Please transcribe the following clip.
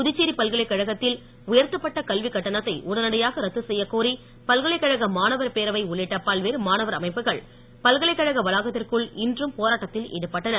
புதுச்சேரி பல்கலை கழகத்தில் உயர்த்தப்பட்ட கல்வி கட்டணத்தை உடனடியாக ரத்து செய்யக்கோரி பல்கலைக்கழக மாணவர் பேரவை உள்ளிட்ட பல்வேறு மாணவர் அமைப்புகள் பல்கலைக்கழக வளாகத்திற்குள் இன்றும் போராட்டத்தில் ஈடுபட்டனர்